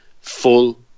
full